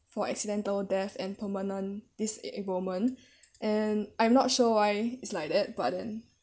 for accidental death and permanent disablement and I'm not sure why it's like that but then